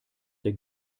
der